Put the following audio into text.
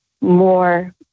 more